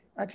Okay